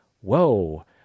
whoa